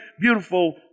beautiful